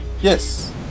Yes